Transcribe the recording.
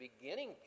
beginning